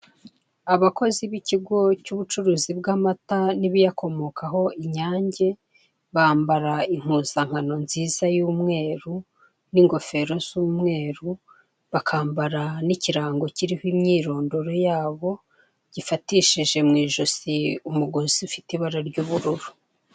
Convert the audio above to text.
Abakozi b'ikigo cy'ubucuruzi bw'amata n'ibiyakomokaho Inyange, bambara impuzankano nziza y'umweru n'ingofero z'umweru, bakambara n'ikirango kiriho imyirondoro yabo, gifatishije mu ijosi umugozi ufite ibara ry'ubururu.